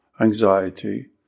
anxiety